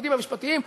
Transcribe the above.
הפקידים המשפטיים,